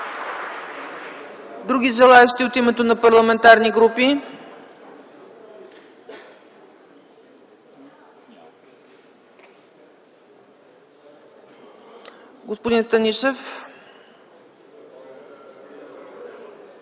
Други желаещи от името на парламентарни групи? Господин Станишев.